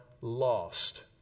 lost